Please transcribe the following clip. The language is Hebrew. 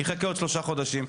יחכה עוד שלושה חודשים.